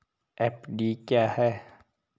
FD क्या है?